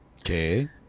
Okay